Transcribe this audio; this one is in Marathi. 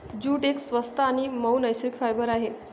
जूट एक स्वस्त आणि मऊ नैसर्गिक फायबर आहे